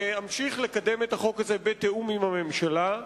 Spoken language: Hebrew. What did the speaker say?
להמשיך לקדם את החוק הזה בתיאום עם הממשלה.